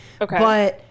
Okay